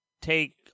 take